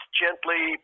gently